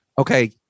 okay